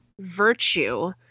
virtue